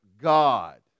God